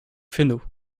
fesneau